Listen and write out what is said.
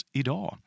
idag